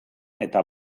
eta